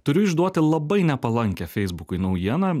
turiu išduoti labai nepalankią feisbukui naujieną